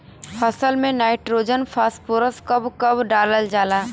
फसल में nitrogen phosphorus कब कब डालल जाला?